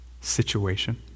situation